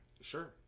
Sure